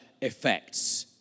effects